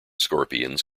scorpions